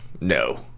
No